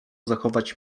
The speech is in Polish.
zachować